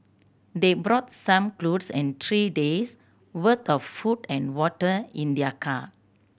they brought some clothes and three days worth of food and water in their car